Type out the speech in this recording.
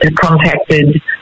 contacted